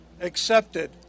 accepted